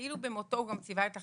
כאילו במותו הוא גם ציווה את החיים.